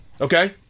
Okay